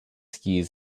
skis